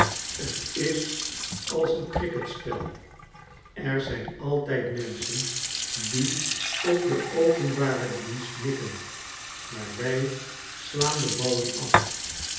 t is als een criketspel er zijn altijd menschen die op den openbaren dienst mikken maar wij slaan de ballen af